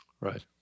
Right